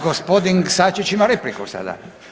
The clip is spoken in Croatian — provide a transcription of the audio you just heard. Gospodin Sačić ima repliku sada.